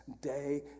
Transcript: day